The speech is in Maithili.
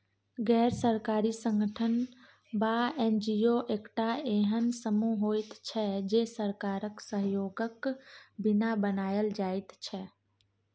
गैर सरकारी संगठन वा एन.जी.ओ एकटा एहेन समूह होइत छै जे सरकारक सहयोगक बिना बनायल जाइत छै